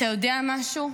אתה יודע משהו?